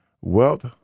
Wealth